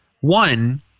one